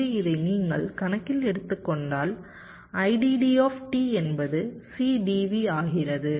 எனவே இதை நீங்கள் கணக்கில் எடுத்துக் கொண்டால் IDD என்பது C dV ஆகிறது